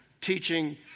teaching